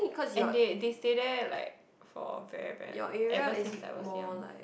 and they they stay there like for very very ever since when I was young